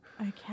Okay